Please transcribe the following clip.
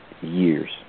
years